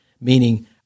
meaning